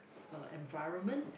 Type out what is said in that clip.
uh environment